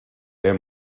est